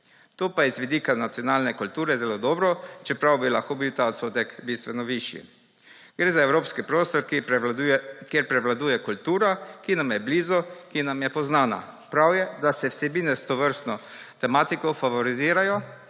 To pa je z vidika nacionalne kulture zelo dobro, čeprav bi lahko bil ta odstotek bistveno višji. Gre za evropski prostor, kjer prevladuje kultura, ki nam je blizu, ki nam je poznana. Prav je, da se vsebine s tovrstno tematiko favorizirajo